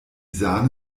sahne